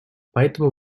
поэтому